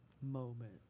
moment